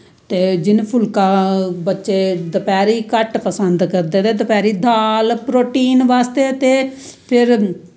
ते जियां फुल्का बच्चे दपैह्री घट्ट पसंद करदे ते दपैह्री दाल प्नोटीन बास्तै ते फिर